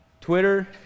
Twitter